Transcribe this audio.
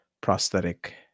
prosthetic